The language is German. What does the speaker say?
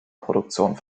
produktionen